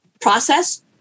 process